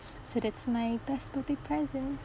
so that's my best birthday present